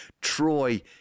Troy